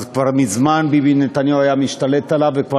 כבר מזמן ביבי נתניהו היה משתלט עליו וכבר